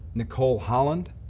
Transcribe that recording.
nicole holland,